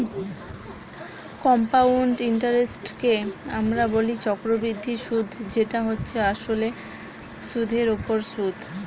compound ইন্টারেস্টকে আমরা বলি চক্রবৃদ্ধি সুধ যেটা হচ্ছে আসলে সুধের ওপর সুধ